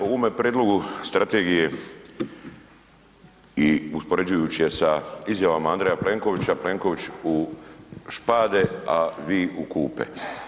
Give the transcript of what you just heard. U ovome prijedlogu strategije i uspoređujući je sa izjavama Andreja Plenkovića, Plenković u špade, a vi u kupe.